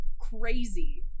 crazy